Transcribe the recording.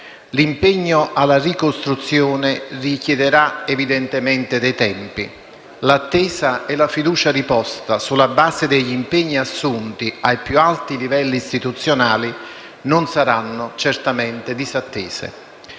L'impegno alla ricostruzione richiederà evidentemente dei tempi. L'attesa e la fiducia riposta, sulla base degli impegni assunti ai più alti livelli istituzionali, non saranno certamente disattese.